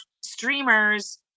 streamers